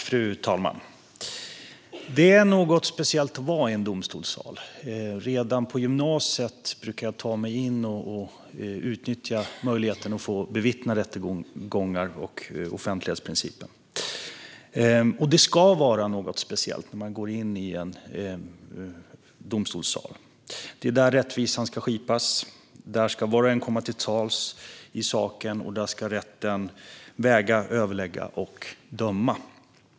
Fru talman! Det är något speciellt att vara i en domstolssal. Redan på gymnasiet brukade jag ta mig in och utnyttja möjligheten att få bevittna rättegångar i enlighet med offentlighetsprincipen. Det ska vara något speciellt när man går in i en domstolssal. Det är där rättvisan ska skipas. Där ska var och en komma till tals i saken. Där ska rätten väga, överlägga och döma.